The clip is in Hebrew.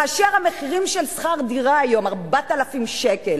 כאשר המחירים של שכר דירה היום 4,000 שקל